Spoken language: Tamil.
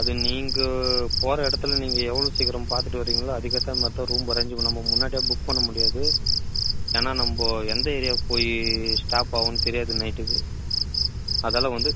அது நீங்கள் போகிற இடத்துல நீங்கள் எவ்வளோ சீக்கிரம் பார்த்துட்டு வர்றீங்களோ அதுக்கேற்ற மாதிரி தான் ரூம் அரேஞ்ச் பண்ண நம்ம முன்னாடியே புக் பண்ண முடியாது ஏன்னால் நம்ம எந்த ஏரியா போய் ஸ்டாப் ஆவோன்னு தெரியாது நைட்டுக்கு அதால் வந்து